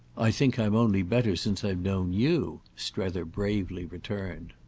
i think i'm only better since i've known you! strether bravely returned.